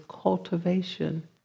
cultivation